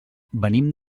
venim